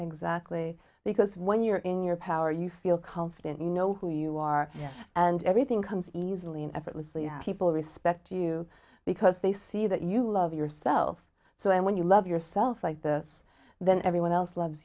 exactly because when you're in your power you feel confident you know who you are and everything comes easily and effortlessly people respect you because they see that you love yourself so when you love yourself like this then everyone else loves